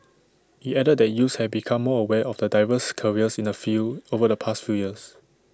IT added that youths have become more aware of the diverse careers in the field over the past few years